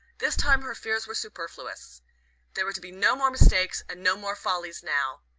this time her fears were superfluous there were to be no more mistakes and no more follies now!